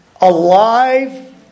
alive